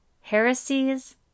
heresies